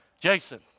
Jason